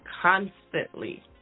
constantly